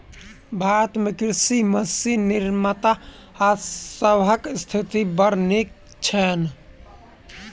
भारत मे कृषि मशीन निर्माता सभक स्थिति बड़ नीक छैन